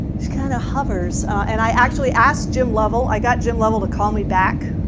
it kind of hovers and i actually asked jim lovell. i got jim lovell to call me back,